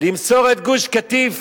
למסור את גוש-קטיף,